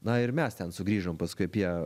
na ir mes ten sugrįžom paskui apie